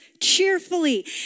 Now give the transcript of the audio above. cheerfully